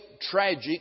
tragic